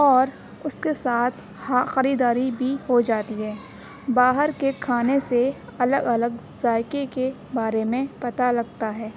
اور اس کے ساتھ ہاں خریداری بھی ہو جاتی ہے باہر کے کھانے سے الگ الگ ذائقے کے بارے میں پتا لگتا ہے